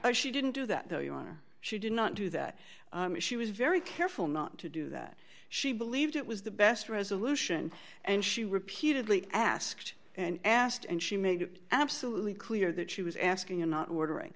she didn't do that though you are she did not do that she was very careful not to do that she believed it was the best resolution and she repeatedly asked and asked and she made it absolutely clear that she was asking and not ordering